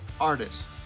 artists